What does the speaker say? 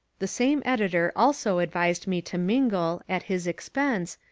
the same editor also advised me to mingle, at his expense,